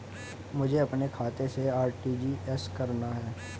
मुझे अपने खाते से आर.टी.जी.एस करना?